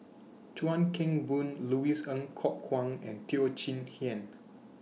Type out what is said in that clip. Chuan Keng Boon Louis Ng Kok Kwang and Teo Chee Hean